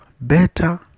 better